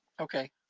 Okay